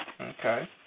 Okay